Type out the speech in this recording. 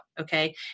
Okay